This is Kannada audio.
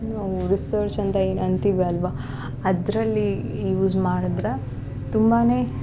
ನಾವು ರಿಸರ್ಚ್ ಅಂತ ಏನು ಅಂತಿವಲ್ಲವಾ ಅದರಲ್ಲಿ ಯೂಸ್ ಮಾಡಿದ್ರ ತುಂಬಾನೇ